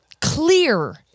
clear